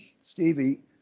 Stevie